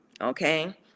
Okay